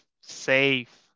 safe